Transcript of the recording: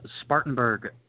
Spartanburg